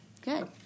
Good